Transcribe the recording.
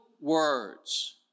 words